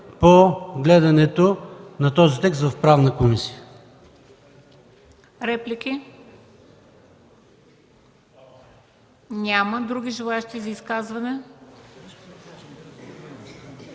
по гледането на този текст в Правна комисия.